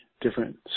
different